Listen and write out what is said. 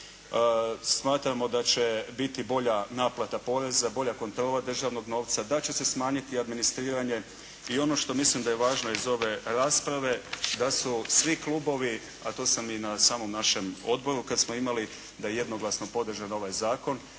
Smatramo da će biti bolja naplata poreza, bolja kontrola državnog novca, da će se smanjiti administriranje i ono što mislim da je važno iz ove rasprave, da su svi klubovi, a to sam i na samom našem odboru kada smo imali, da jednostavno podrže ovaj zakon,